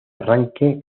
arranque